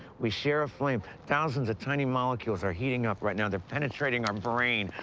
we share a flame. thousands of tiny molecules are heating up right now. they're penetrating our brain.